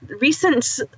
Recent